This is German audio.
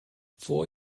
vor